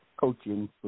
coaching